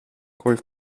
col